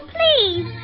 Please